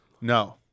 No